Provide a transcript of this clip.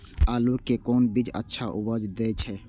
आलू के कोन बीज अच्छा उपज दे छे?